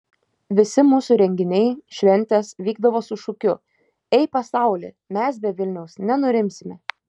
visi mūsų renginiai šventės vykdavo su šūkiu ei pasauli mes be vilniaus nenurimsime